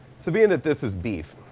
so being that this is beef,